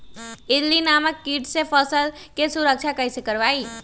इल्ली नामक किट से फसल के सुरक्षा कैसे करवाईं?